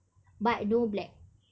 but no black